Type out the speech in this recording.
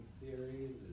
series